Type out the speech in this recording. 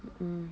mm